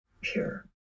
pure